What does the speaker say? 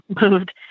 moved